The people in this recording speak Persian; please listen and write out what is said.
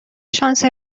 شانس